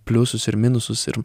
pliusus ir minusus ir